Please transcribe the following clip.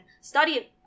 study